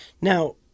Now